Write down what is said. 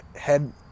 head